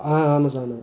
ஆ ஆமாம் சார் ஆமாம்